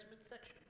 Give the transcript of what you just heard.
section